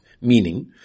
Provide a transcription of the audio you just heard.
Meaning